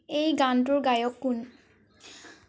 এই গানটোৰ গায়ক কোন